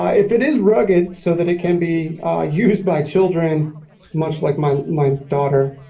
ah if it is rugged so that it can be used by children much like my my daughter